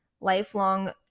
lifelong